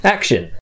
Action